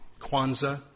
Kwanzaa